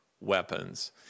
weapons